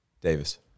davis